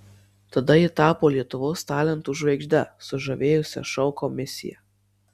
tada ji tapo lietuvos talentų žvaigžde sužavėjusia šou komisiją